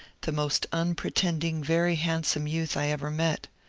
the most unpre tending very handsome youth i ever met.